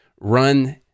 run